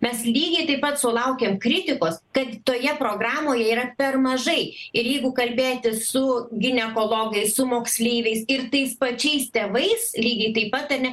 mes lygiai taip pat sulaukiam kritikos kad toje programoje yra per mažai ir jeigu kalbėti su ginekologais su moksleiviais ir tais pačiais tėvais lygiai taip pat ane